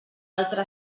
altre